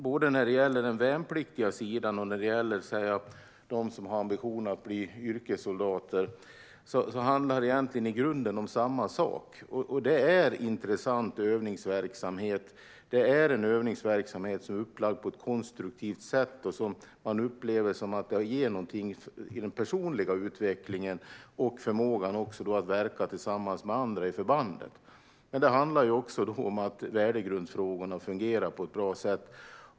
Både när det gäller den värnpliktiga sidan och när det gäller de som har ambitionen att bli yrkessoldater handlar det i grunden om samma sak: att det är intressant övningsverksamhet, som är upplagd på ett konstruktivt sätt och som upplevs som att den ger något för den personliga utvecklingen och förmågan att verka tillsammans med andra i förbandet. Det handlar också om att värdegrundsfrågorna fungerar på ett bra sätt.